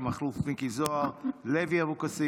שלמה קרעי, מכלוף מיקי זוהר, אורלי לוי אבקסיס,